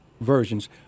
versions